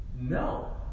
No